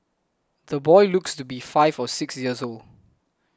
the boy looks to be five or six years old